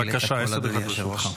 בבקשה, עשר דקות לרשותך.